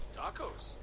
tacos